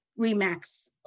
Remax